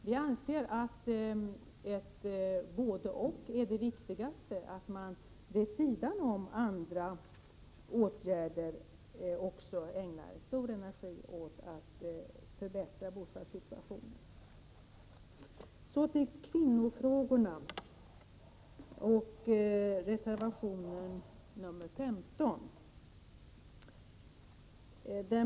Vi anser att ett både—och är viktigast, dvs. att man vid sidan av andra åtgärder också med energi ägnar sig åt att förbättra bostadssituationen. Så till kvinnofrågorna och reservation nr 15.